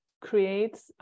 creates